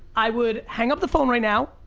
i would hang up the phone right now,